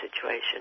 situation